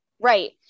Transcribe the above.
Right